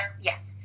Yes